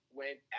went